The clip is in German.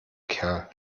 kerl